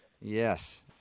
Yes